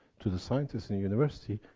to the scientists in the university.